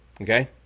Okay